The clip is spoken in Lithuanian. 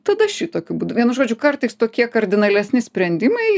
tada šitokiu būdu vienu žodžiu kartais tokie kardinalesni sprendimai